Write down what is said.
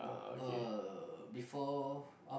uh before af~